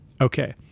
okay